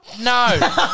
No